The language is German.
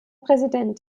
präsident